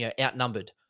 outnumbered